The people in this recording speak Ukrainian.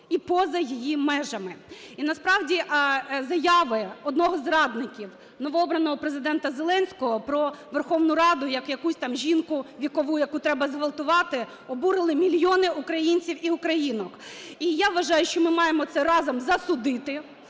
і поза її межами. І насправді заяви одного з радників новообраного Президента Зеленського про Верховну Раду, як якусь там жінку вікову, яку треба зґвалтувати, обурили мільйони українців і українок. І я вважаю, що ми маємо це разом засудити,